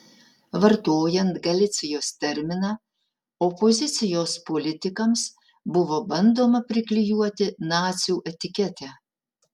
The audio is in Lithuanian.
vartojant galicijos terminą opozicijos politikams buvo bandoma priklijuoti nacių etiketę